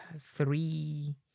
three